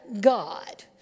God